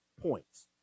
points